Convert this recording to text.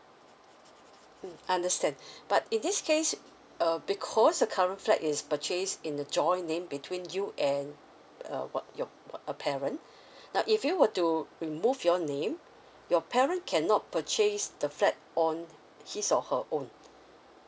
mm understand but in this case uh because the current flat is purchased in the joint name between you and uh what your what uh parent now if you were to remove your name your parent cannot purchase the flat on his or her own